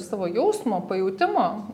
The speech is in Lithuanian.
savo jausmo pajautimo